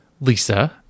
Lisa